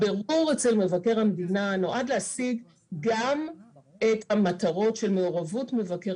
הבירור אצל מבקר המדינה נועד להשיג גם את המטרות של מעורבות מבקר